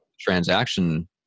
transaction